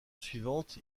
suivante